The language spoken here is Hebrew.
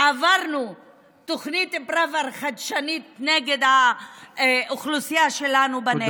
עברנו תוכנית פראוור חדשנית נגד האוכלוסייה שלנו בנגב,